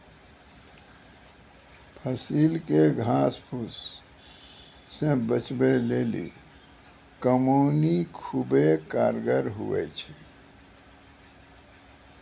फसिल के घास फुस से बचबै लेली कमौनी खुबै कारगर हुवै छै